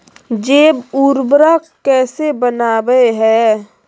जैव उर्वरक कैसे वनवय हैय?